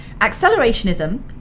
Accelerationism